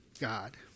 God